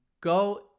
go